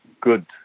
good